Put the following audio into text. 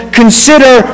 consider